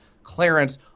Clarence